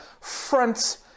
front